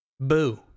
Boo